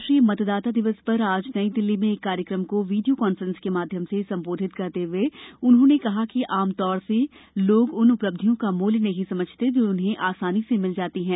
राष्ट्रीय मतदाता दिवस पर आज नई दिल्ली में एक कार्यक्रम को वीडियो कांफ्रेंस के माध्यम से संबोधित करते हए उन्होंने कहा कि आम तौर से लोग उन उपलब्धियों का मूल्य नहीं समझते जो उन्हें आसानी से मिल जाती हैं